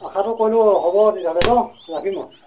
আশাটো কৰিলোঁ হ'ব তেতিয়াহ'লে ন ৰাখিম আৰু